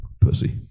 Pussy